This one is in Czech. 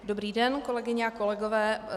Dobrý den, kolegyně a kolegové.